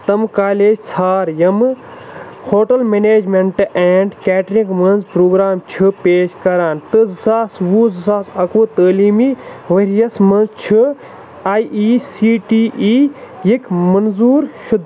تِم کالیج ژھار یِمہٕ ہوٹل مٮ۪نیجمٮ۪نٛٹ اینٛڈ کیٹرِنٛگ منٛز پروگرام چھِ پیش کَران تہٕ زٕ ساس وُہ زٕ ساس اَکہٕ وُہ تٲلیٖمی ؤریَس منٛز چھُ A I C T E یِک منظوٗر شُد